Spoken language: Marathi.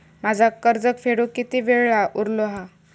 माझा कर्ज फेडुक किती वेळ उरलो हा?